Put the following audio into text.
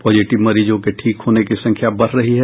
positive मरीजों के ठीक होने की संख्या बढ़ रही है